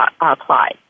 apply